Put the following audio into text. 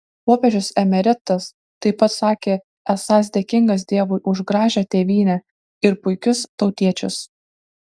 popiežius emeritas taip pat sakė esąs dėkingas dievui už gražią tėvynę ir puikius tautiečius